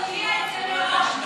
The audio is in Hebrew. אבל תודיע את זה מראש.